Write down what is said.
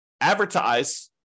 advertise